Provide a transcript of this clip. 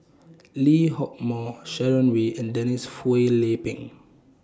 Lee Hock Moh Sharon Wee and Denise Phua Lay Peng